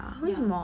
ya